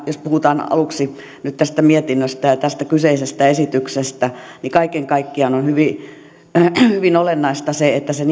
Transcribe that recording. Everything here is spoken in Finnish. jos puhutaan nyt aluksi tästä mietinnöstä ja tästä kyseisestä esityksestä niin kaiken kaikkiaan hyvin olennaista on